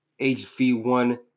HV1